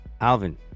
Alvin